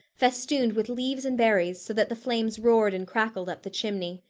festooned with leaves and berries so that the flames roared and crackled up the chimney.